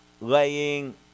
laying